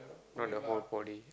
not the whole body